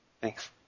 Thanks